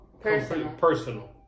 personal